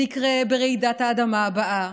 זה יקרה ברעידת האדמה הבאה,